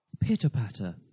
Pitter-patter